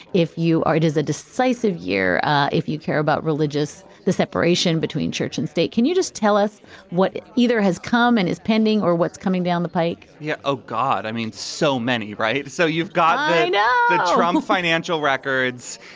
if you are, it is a decisive year if you care about religious, the separation between church and state. can you just tell us what either has come and is pending or what's coming down the pike? yeah oh, god. i mean, so many. right. so you've got the yeah trump um financial records,